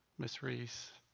mrs. reese,